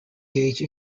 gauge